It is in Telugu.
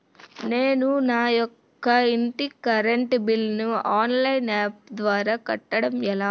నేను నా యెక్క ఇంటి కరెంట్ బిల్ ను ఆన్లైన్ యాప్ ద్వారా కట్టడం ఎలా?